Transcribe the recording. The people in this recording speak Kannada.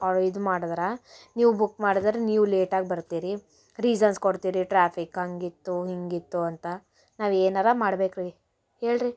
ಇದು ಮಾಡದ್ರ ನೀವು ಬುಕ್ ಮಾಡಿದರೆ ನೀವು ಲೇಟ್ ಆಗಿ ಬರ್ತೀರಿ ರೀಸನ್ಸ್ ಕೊಡ್ತೀರಿ ಟ್ರಾಫಿಕ್ ಹಂಗಿತ್ತು ಹೀಗಿತ್ತು ಅಂತ ನಾವು ಏನಾರ ಮಾಡ್ಬೇಕ್ರೀ ಹೇಳ್ರಿ